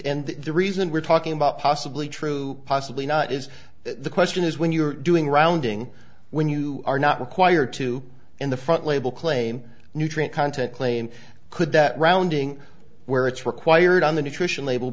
and the reason we're talking about possibly true possibly not is the question is when you're doing rounding when you are not required to in the front label claim nutrient content claim could that rounding where it's required on the nutrition label